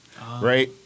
Right